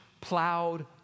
plowed